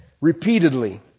repeatedly